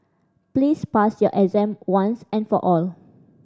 please pass your exam once and for all